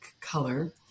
color